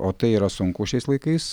o tai yra sunku šiais laikais